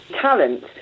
talent